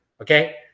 okay